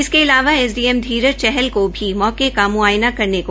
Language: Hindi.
इसके अलावा एसडीएम धीरज चहल को भी मौके का म्आयना करने को कहा